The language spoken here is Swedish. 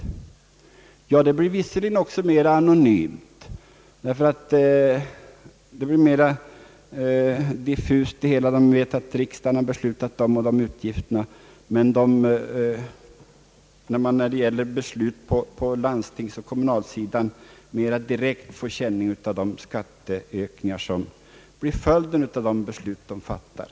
Medborgarna vet att riksdagen har beslutat de och de skatteuttagen men ställer dem inte i direkt kontakt med de beslutade utgifterna. När det gäller beslut av landstingen och kommuner får man mera påtaglig känning av de skatteökningar som blir följden av de beslut som fattats.